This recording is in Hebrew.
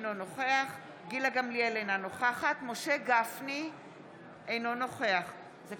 אינו נוכח גילה גמליאל, אינו נוכח משה